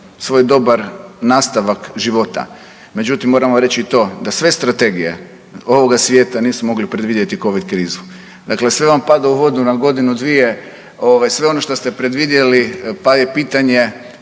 svoj dobar nastavak života. Međutim, moram vam reći i to da sve strategije ovoga svijeta nisu mogle predvidjeti Covid krizu. Dakle, sve vam pada u vodu na godinu, dvije sve ono što ste predvidjeli. Pa je pitanje